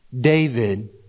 David